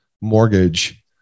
mortgage